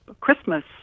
Christmas